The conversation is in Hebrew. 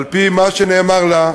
על-פי מה שנאמר לה,